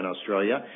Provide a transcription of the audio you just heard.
Australia